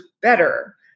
better